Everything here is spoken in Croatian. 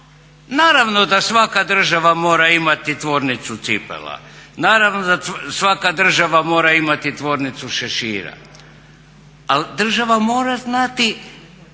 Naravno da svaka država mora imati tvornicu cipela, naravno da svaka država mora imati tvornicu šešira, ali država mora znati